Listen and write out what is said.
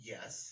Yes